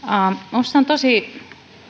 on tosi